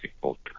culture